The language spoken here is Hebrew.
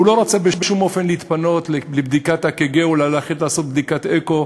והוא לא רצה בשום אופן להתפנות לבדיקת אק"ג או ללכת לעשות בדיקת אקו.